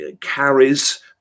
carries